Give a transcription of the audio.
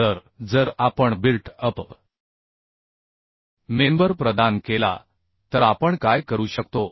तर जर आपण बिल्ट अप मेंबर प्रदान केला तर आपण काय करू शकतो